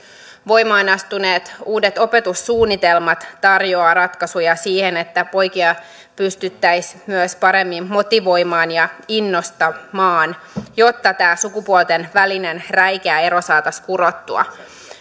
voimaan astuneet uudet opetussuunnitelmat tarjoavat ratkaisuja siihen että poikia pystyttäisiin myös paremmin motivoimaan ja innostamaan jotta tämä sukupuolten välinen räikeä ero saataisiin kurottua umpeen